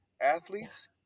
athletes